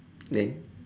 then